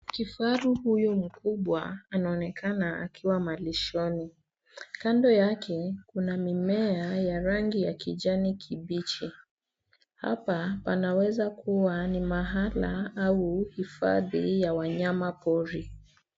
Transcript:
Kifaru huyo mkubwa anaonekana akiwa malishoni. Kando yake kuna mimea ya rangi ya kijani kibichi. Hapa panaeeza kuwa ni mahala au hifadhi ya wanyama pori.